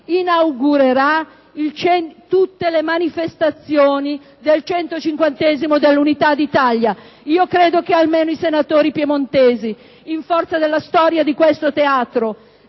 inaugurerà tutte le manifestazioni del 150º anniversario dell'Unità d'Italia. Credo che almeno i senatori piemontesi, in forza della storia di questo teatro,